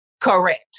Correct